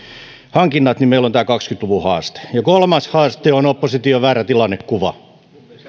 hankinnat niin meillä on tämä kaksikymmentä luvun haaste kolmas haaste on opposition väärä tilannekuva